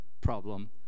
problem